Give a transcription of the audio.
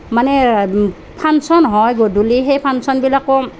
মানে ফাংশ্যন হয় গধূলি সেই ফাংশ্যনবিলাকো